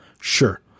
Sure